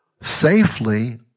safely